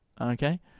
Okay